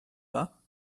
pas